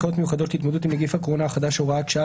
מיוחדות להתמודדות עם נגיף הקורונה החדש (הוראת שעה),